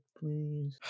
please